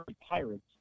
pirates